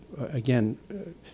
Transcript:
again